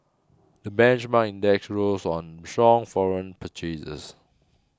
the benchmark index rose on strong foreign purchases